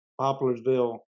Poplarsville